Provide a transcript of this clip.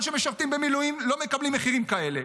ומשרתים במילואים לא מקבלים מחירים כאלה,